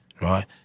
right